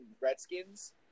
Redskins